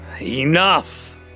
Enough